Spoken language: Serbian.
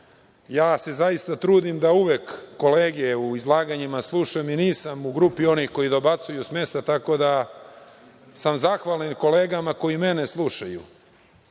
se trudim da uvek kolege u izlaganjima slušam i nisam u grupi onih koji dobacuju sa mesta, tako sam zahvalan kolegama koji mene slušaju.